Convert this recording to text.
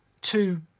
two